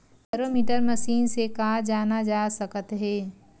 Barometer machine से का जाना जा सकत हे?